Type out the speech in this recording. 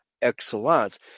Excellence